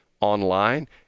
online